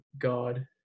God